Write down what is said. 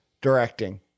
directing